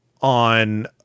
on